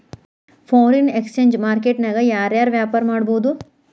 Foreign exchange market ನ್ಯಾಗ ಯಾರ್ ಯಾರ್ ವ್ಯಾಪಾರಾ ಮಾಡ್ಬೊದು?